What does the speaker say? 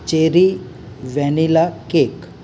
cherry vanilla cake